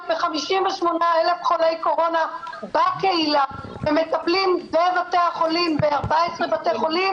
ב-58,000 חולי קורונה בקהילה ומטפלים ב-14 בתי חולים,